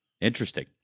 interesting